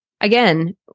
Again